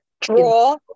Draw